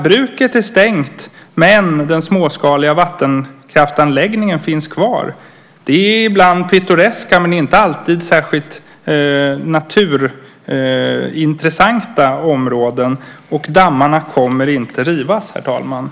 Bruket är stängt men den småskaliga vattenkraftsanläggningen finns kvar. Det är ibland pittoreska, men inte alltid särskilt naturintressanta områden. Dammarna kommer inte att rivas.